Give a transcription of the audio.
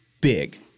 Big